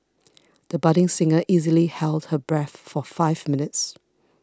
the budding singer easily held her breath for five minutes